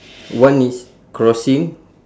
one is crossing